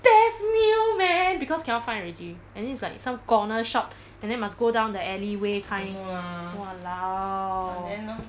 best meal man because cannot find already I think it's like some corner shop and then must go down the alleyway kind !walao!